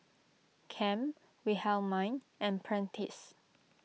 Cam Wilhelmine and Prentiss